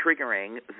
triggering